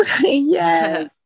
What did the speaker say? Yes